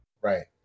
right